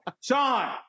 Sean